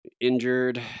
injured